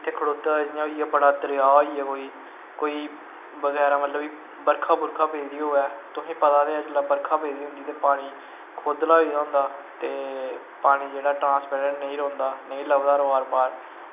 खड़ोते दा जियां बड़ा दरिया होइया कोई कोई बगैरा मतलव कि बर्खा बुर्खा पेदी होऐ तुसेें पता ते ऐ जिसलै बर्खा पेदी होंदी ते पानी खोद्दला होई दा होंदा ते पानी जेह्ड़ा ट्रांसपेरैंट नेंईं रौंह्दा नेंईं लभदा रोआर पार